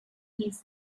his